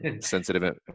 sensitive